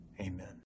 Amen